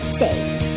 safe